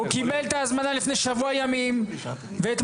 הוא קיבל את ההזמנה לפני שבוע ימים,